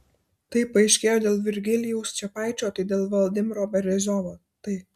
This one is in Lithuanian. tai paaiškėjo dėl virgilijaus čepaičio tai dėl vladimiro beriozovo tai